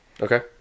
Okay